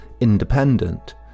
independent